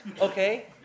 okay